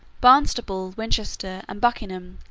barnstaple, winchester, and buckingham,